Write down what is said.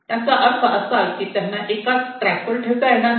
याचा अर्थ असा की त्यांना एकाच ट्रॅकवर ठेवता येणार नाही